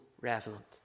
resonant